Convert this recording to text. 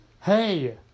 Hey